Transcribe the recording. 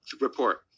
report